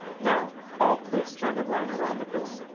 now all please stand in line around the room,